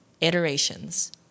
iterations